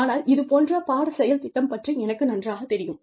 ஆனால் இது போன்ற பாடச் செயல்திட்டம் பற்றி எனக்கு நன்றாகத் தெரியும்